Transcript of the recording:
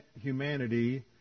humanity